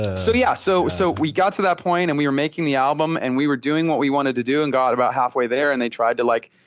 so yeah, so so we got to that point and we were making the album. and we were doing what we wanted to do, and got about halfway there and they tried to like,